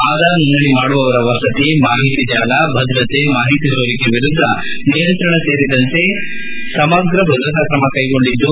ಆಧಾರ್ ನೋಂದಣಿ ಮಾಡುವವರ ವಸತಿ ಮಾಹಿತಿ ಜಾಲಭದ್ರತೆ ಮಾಹಿತಿ ಸೋರಿಕೆ ವಿರುದ್ದ ನಿಯಂತ್ರಣ ಸೇರಿದಂತೆ ಸಮಗ್ರ ಭದ್ರತಾ ಕ್ರಮ ಕೈಗೊಂಡಿದ್ದು